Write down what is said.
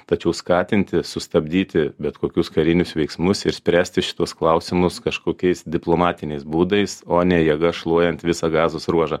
tačiau skatinti sustabdyti bet kokius karinius veiksmus ir spręsti šituos klausimus kažkokiais diplomatiniais būdais o ne jėga šluojant visą gazos ruožą